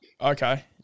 Okay